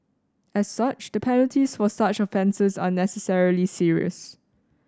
as such the penalties for such offences are necessarily serious